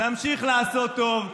נמשיך לעשות טוב.